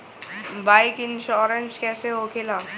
Bike insurance कैसे होखे ला?